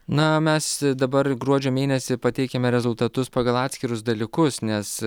na mes dabar gruodžio mėnesį pateikiame rezultatus pagal atskirus dalykus nes